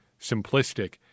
simplistic